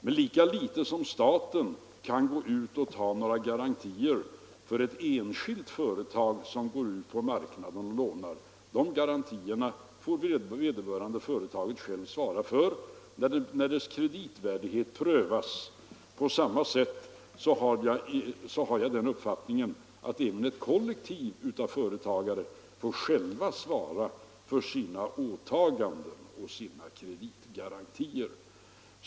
Men staten kan ju inte ge några garantier åt ett enskilt företag som går ut på marknaden och lånar, utan dessa garantier får vederbörande företag självt svara för när dess kreditvärdighet prövas. På samma sätt får enligt min uppfattning ett kollektiv av företagare själva svara för sina åtaganden och sina kreditgarantier.